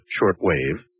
shortwave